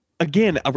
Again